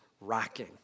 rocking